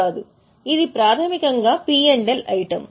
ఇది ప్రాథమికంగా P L item